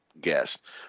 guest